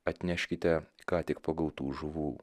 atneškite ką tik pagautų žuvų